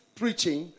preaching